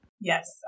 Yes